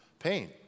pain